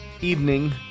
evening